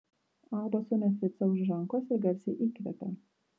alba suėmė ficą už rankos ir garsiai įkvėpė